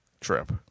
trip